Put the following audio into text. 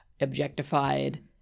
objectified